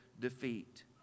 defeat